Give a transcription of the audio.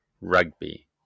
rugby